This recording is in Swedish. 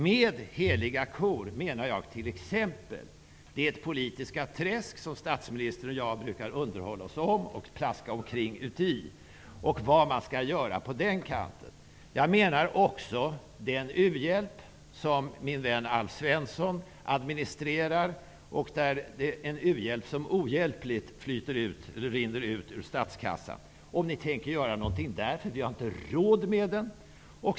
Med heliga kor menar jag t.ex. det politiska träsk som statsministern och jag brukar underhålla oss om och plaska omkring uti samt vad man skall göra på den kanten. Jag menar också den u-hjälp som min vän Alf Svensson administrerar, en u-hjälp som ohjälpligt rinner ut ur statskassan. Tänker ni göra något på det området? Vi har inte råd med den.